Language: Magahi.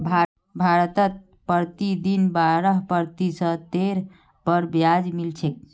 भारतत प्रतिदिन बारह प्रतिशतेर पर ब्याज मिल छेक